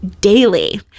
daily